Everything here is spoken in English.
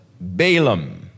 Balaam